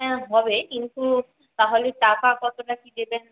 হ্যাঁ হবে কিন্তু তাহলে টাকা কতটা কি দেবেন